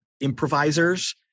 improvisers